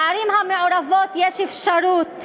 בערים המעורבות יש אפשרות,